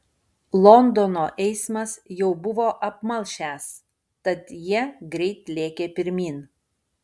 londono eismas jau buvo apmalšęs tad jie greit lėkė pirmyn